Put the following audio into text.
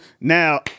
now